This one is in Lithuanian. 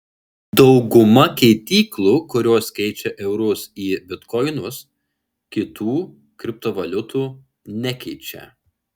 dauguma keityklų kurios keičia eurus į bitkoinus kitų kriptovaliutų nekeičia